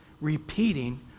repeating